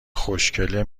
خوشکله